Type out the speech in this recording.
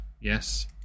yes